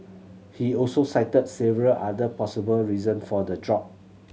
he also cited several other possible reason for the drop